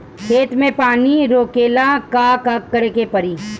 खेत मे पानी रोकेला का करे के परी?